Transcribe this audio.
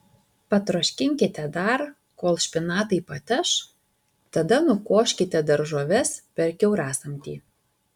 patroškinkite dar kol špinatai pateš tada nukoškite daržoves per kiaurasamtį